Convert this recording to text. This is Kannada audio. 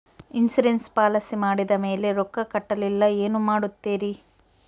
ಇನ್ಸೂರೆನ್ಸ್ ಪಾಲಿಸಿ ಮಾಡಿದ ಮೇಲೆ ರೊಕ್ಕ ಕಟ್ಟಲಿಲ್ಲ ಏನು ಮಾಡುತ್ತೇರಿ?